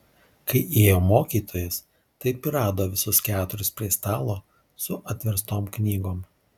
kai įėjo mokytojas taip ir rado visus keturis prie stalo su atverstom knygom